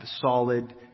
solid